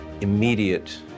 immediate